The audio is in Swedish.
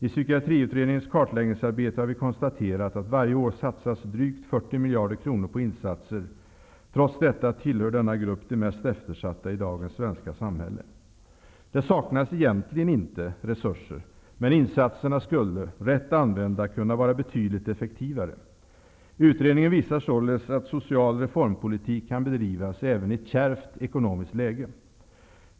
I Psykiatriutredningens kartläggningsarbete har vi konstaterat att varje år satsas drygt 40 miljarder kronor på insatser till psykiskt störda. Trots detta tillhör denna grupp de mest eftersatta i dagens svenska samhälle. Det saknas egentligen inte resurser, men insatserna skulle -- rätt använda -- kunna vara betydligt effektivare. Utredningen visar således att social reformpolitik kan bedrivas även i ett kärvt ekonomiskt läge.